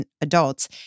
adults